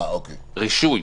בסדר.